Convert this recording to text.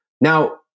Now